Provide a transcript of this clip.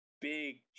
big